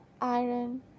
iron